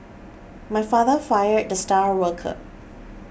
my father fired the star worker